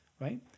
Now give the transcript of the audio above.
right